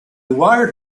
wired